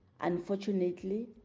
Unfortunately